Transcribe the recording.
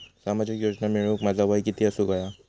सामाजिक योजना मिळवूक माझा वय किती असूक व्हया?